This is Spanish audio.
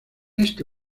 este